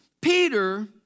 Peter